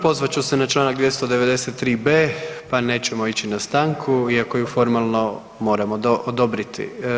Pozvat ću se na čl. 293b., pa nećemo ići na stanku iako ju formalno moram odobriti.